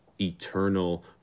eternal